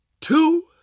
two